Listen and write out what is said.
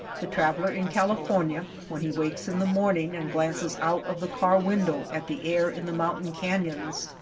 the traveller in cal ifornia when he wakes in the morning and glances out of the car window at the air in the mountain canyons,